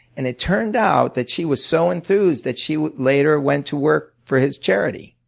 and it turned out that she was so enthused that she later went to work for his charity.